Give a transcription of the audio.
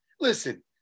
Listen